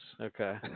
Okay